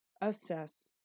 assess